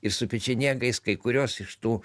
ir su pečenegais kai kurios iš tų